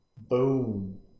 Boom